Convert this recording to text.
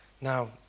Now